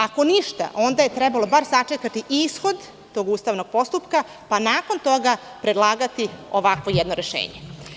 Ako ništa, onda je trebalo barem sačekati ishod tog ustavnog postupka, pa nakon toga predlagati ovakvo jedno rešenje.